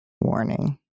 Warning